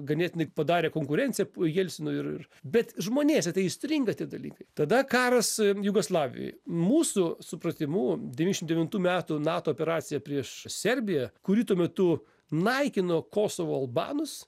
ganėtinai padarė konkurenciją jelcinui ir ir bet žmonėse tai įstringa tie dalykai tada karas jugoslavijoj mūsų supratimu devyšim devintų metų nato operacija prieš serbiją kuri tuo metu naikino kosovo albanus